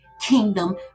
kingdom